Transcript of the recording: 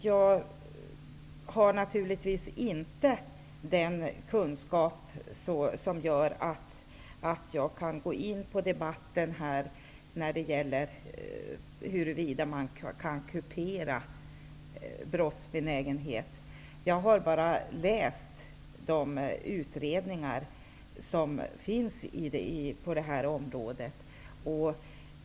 Jag har naturligtvis inte den kunskap som behövs för att jag skall kunna gå in i debatten om huruvida man kan kupera brottsbenägenhet. Jag har bara läst de utredningar som finns på området.